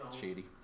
shady